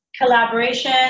collaboration